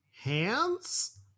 Hands